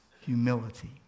humility